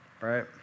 right